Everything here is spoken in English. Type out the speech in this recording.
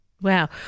Wow